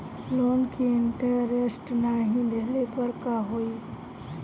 Loan के interest नाही देहले पर का होई?